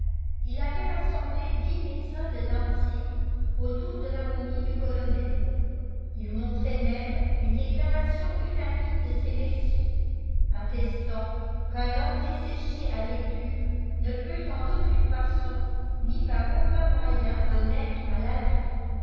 il avait rassemblé dix médecins de dantzig autour de la momie du colonel il montrait même une déclaration unanime de ces messieurs attestant qu'un homme desséché à l'étuve ne peut en aucune façon ni par aucun moyen renaître à la vie